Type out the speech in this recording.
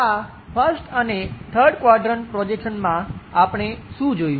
આ 1st અને 3rd quadrant projection આપણે શું જોયું